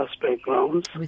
backgrounds